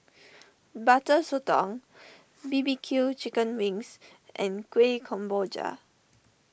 Butter Sotong B B Q Chicken Wings and Kuih Kemboja